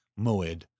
moed